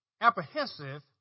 apprehensive